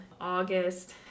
August